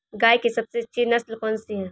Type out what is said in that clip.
गाय की सबसे अच्छी नस्ल कौनसी है?